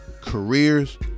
careers